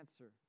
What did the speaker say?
answer